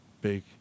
big